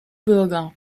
bürger